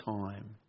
time